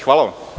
Hvala.